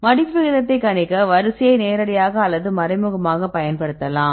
மடிப்பு விகிதத்தை கணிக்க வரிசையை நேரடியாக அல்லது மறைமுகமாக பயன்படுத்தலாம்